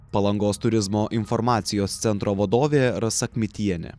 palangos turizmo informacijos centro vadovė rasa kmitienė